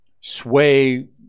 sway